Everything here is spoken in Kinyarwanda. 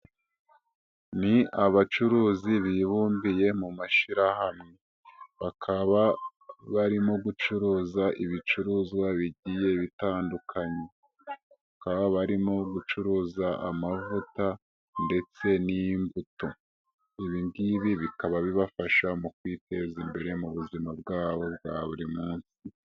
Ni abacuruzi bibumbiye mu mashyirahamwe, bakaba barimo gucuruza ibicuruzwa bigiye bitandukanye, bakaba barimo gucuruza amavuta ndetse n'imbuto. Ibi ngibi bikaba bibafasha mu kwiteza imbere mu buzima bwabo bwa buri munsi.